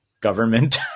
Government